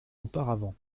auparavant